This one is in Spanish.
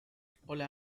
estudió